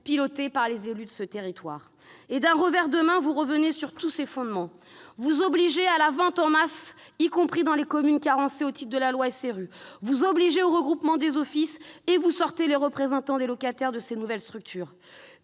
pilotés par les élus de ce territoire. D'un revers de main, vous revenez sur tous ces fondements. Vous obligez à la vente en masse, y compris dans les communes carencées au titre de la loi SRU, vous obligez au regroupement des offices et vous évincez les représentants des locataires de ces nouvelles structures.